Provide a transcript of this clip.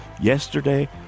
Yesterday